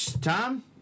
Tom